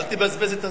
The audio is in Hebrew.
אל תבזבז את הזמן.